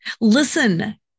Listen